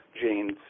genes